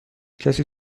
کسی